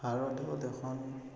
ভাৰত হ'ল এখন